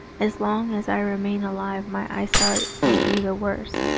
as long as i remain alive my eyesight will be the worse.